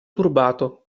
turbato